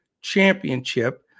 Championship